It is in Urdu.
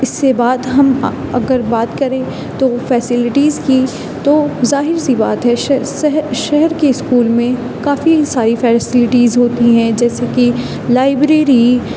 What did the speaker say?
اس سے بات ہم اگر بات کریں تو فیسیلیٹیز کی تو ظاہر سی بات ہے شہر کے اسکول میں کافی ساری فیسیلیٹیز ہوتی ہیں جیسے کہ لائبریری